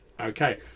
Okay